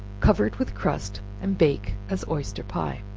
cover it with crust, and bake as oyster pie.